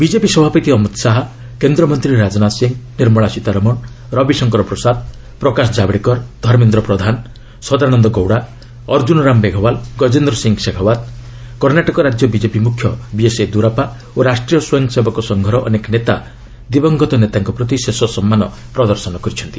BJP ସଭାପତି ଅମିତ୍ ଶାହା କେନ୍ଦ୍ରମନ୍ତ୍ରୀ ରାଜନାଥ ସିଂହ ନିର୍ମଳା ସୀତାରମଣ ରବିଶଙ୍କର ପ୍ରସାଦ ପ୍ରକାଶ ଜାଭଡେକର୍ ଧର୍ମେନ୍ଦ୍ର ପ୍ରଧାନ ସଦାନନ୍ଦ ଗୌଡ଼ା ଅର୍ଜ୍ଜୁନ ରାମ ମେଘୱାଲ ଗଜେନ୍ଦ୍ର ସିଂ ଶେଖାଓ୍ୱତ୍ କର୍ଷାଟକ ରାଜ୍ୟ ବିଜେପି ମୁଖ୍ୟ ବିଏସ୍ ୟେଦ୍ୟୁରାପ୍ସା ଓ ରାଷ୍ଟ୍ରୀୟ ସ୍ୱୟଂ ସେବକ ସଂଘର ଅନେକ ନେତା ଦିବଂଗତ ନେତାଙ୍କ ପ୍ରତି ଶେଷ ସମ୍ମାନ ପ୍ରଦର୍ଶନ କରିଛନ୍ତି